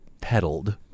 pedaled